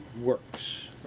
works